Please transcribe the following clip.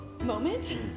moment